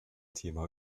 thema